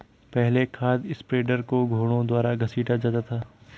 पहले खाद स्प्रेडर को घोड़ों द्वारा घसीटा जाता था